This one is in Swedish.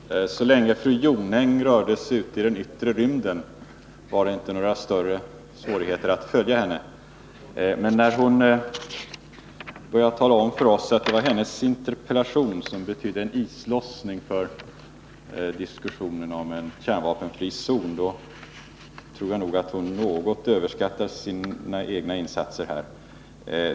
Herr talman! Så länge fru Jonäng rörde sig ute i den yttre rymden var det inte några större svårigheter att följa henne, men när hon började tala om för oss att det var hennes interpellation som betydde en islossning för diskussionen om kärnvapenfri zon tror jag att hon något överskattade sina egna insatser.